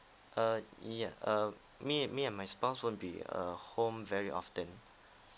err yeah err me me and my spouse won't be uh home very often